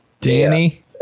Danny